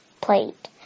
plate